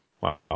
Wow